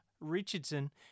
Richardson